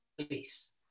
please